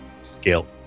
skill